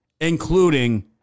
including